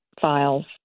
files